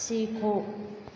सीखो